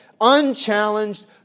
unchallenged